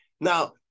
Now